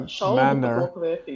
manner